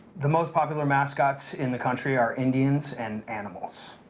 the most popular mascots in the country are indians and animals.